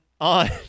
on